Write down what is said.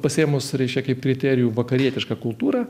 pasiėmus reiškia kaip kriterijų vakarietišką kultūrą